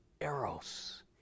eros